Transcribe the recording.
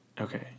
Okay